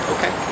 Okay